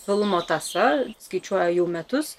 filmo tąsa skaičiuoja jau metus